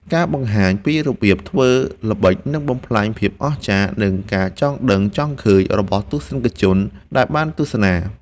ការបង្ហាញពីរបៀបធ្វើល្បិចនឹងបំផ្លាញភាពអស្ចារ្យ និង ការចង់ដឹងចង់ឃើញរបស់ទស្សនិកជនដែលបានទស្សនា។